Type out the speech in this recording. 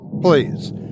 Please